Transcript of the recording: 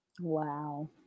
wow